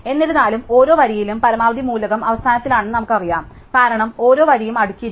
എന്നിരുന്നാലും ഓരോ വരിയിലും പരമാവധി മൂലകം അവസാനത്തിലാണെന്ന് നമുക്കറിയാം കാരണം ഓരോ വരിയും അടുക്കിയിരിക്കുന്നു